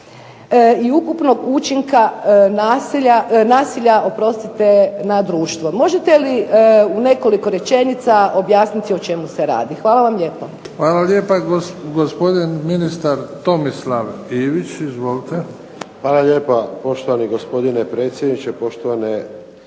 i ukupnog učinka nasilja na društvo. Možete li u nekoliko rečenica objasniti o čemu se radi? Hvala vam lijepo. **Bebić, Luka (HDZ)** Hvala lijepa. Gospodin ministar Tomislav Ivić, izvolite. **Ivić, Tomislav (HDZ)** Hvala lijepa poštovani gospodine predsjedniče, poštovane